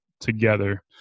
together